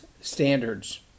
standards